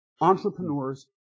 Entrepreneurs